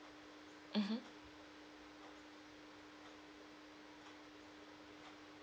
mmhmm